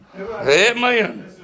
Amen